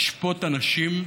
לשפוט אנשים,